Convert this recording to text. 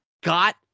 got